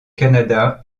canada